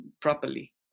properly